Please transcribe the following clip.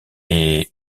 est